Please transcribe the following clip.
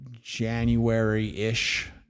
January-ish